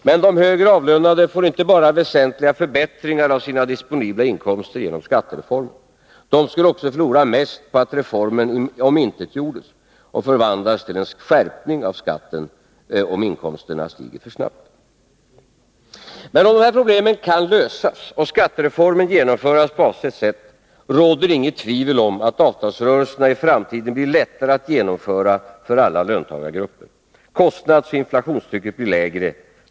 Men de högavlönade får inte bara väsentliga förbättringar av sina disponibla inkomster genom skattereformen. De skulle också förlora mest på att reformen omintetgjordes och förvandlades till en skärpning av skatten om inkomsterna stiger för snabbt. Men om dessa problem kan lösas och skattereformen genomföras på avsett sätt, råder det inget tvivel om att avtalsrörelserna i framtiden blir lättare att genomföra för alla löntagargrupper. Kostnadsoch inflationstrycket blir lägre.